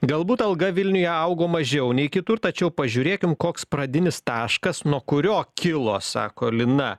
galbūt alga vilniuje augo mažiau nei kitur tačiau pažiūrėkim koks pradinis taškas nuo kurio kilo sako lina